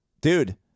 Dude